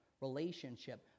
relationship